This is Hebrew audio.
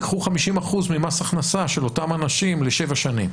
ייקחו 50% ממס הכנסה של אותם אנשים לשבע שנים.